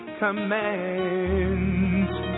commands